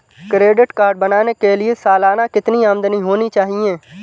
Credit card बनाने के लिए सालाना कितनी आमदनी होनी चाहिए?